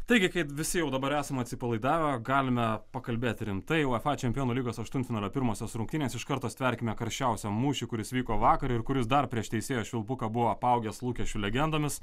taigi kaip visi jau dabar esame atsipalaidavę galime pakalbėti rimtai uefa čempionų lygos aštuntfinalio pirmosios rungtynės iš karto stverkime karščiausią mūšį kuris vyko vakar ir kuris dar prieš teisėjo švilpuką buvo apaugęs lūkesčių legendomis